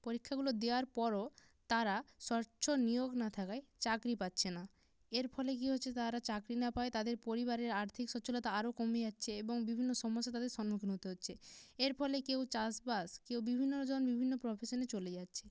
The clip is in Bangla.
পরীক্ষাগুলো দেয়ার পরও তারা স্বচ্ছ নিয়োগ না থাকায় চাকরি পাচ্ছে না এর ফলে কী হচ্ছে তারা চাকরি না পাওয়ায় তাদের পরিবারের আর্থিক সচ্ছলতা আরও কমে যাচ্ছে এবং বিভিন্ন সমস্যার তাদের সন্মুখীন হতে হচ্ছে এর ফলে কেউ চাষবাস কেউ বিভিন্ন জন বিভিন্ন প্রফেশানে চলে যাচ্ছে